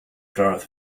darth